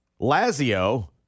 Lazio